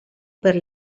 per